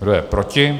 Kdo je proti?